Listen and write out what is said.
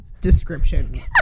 description